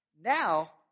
Now